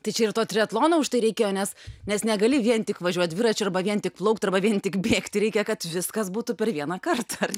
tai čia ir to triatlono užtai reikėjo nes nes negali vien tik važiuot dviračiu arba vien tik plaukt arba vien tik bėgti reikia kad viskas būtų per vieną kartą ar